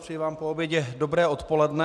Přeji vám po obědě dobré odpoledne.